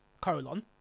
colon